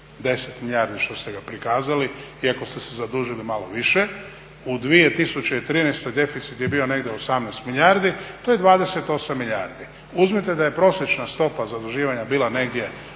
10 milijardi što ste ga prikazali iako ste se zadužili malo više, u 2013.deficit je bio negdje 18 milijardi to je 28 milijardi. Uzmite da je prosječna stopa zaduživanja bila negdje